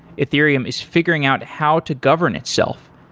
ethereum is figuring out how to govern itself,